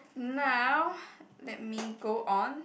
now let me go on